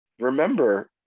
remember